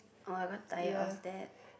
oh I got tired of that